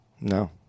No